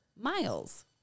Miles